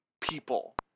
people